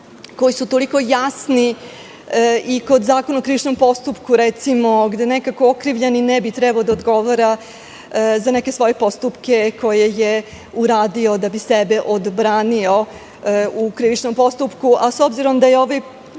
koji su toliko jasni i kod Zakona o krivičnom postupku gde nekako okrivljeni ne bi trebalo da odgovara za neke svoje postupke koje je uradio da bi sebe odbranio u krivičnom postupku, a s obzirom da je ovaj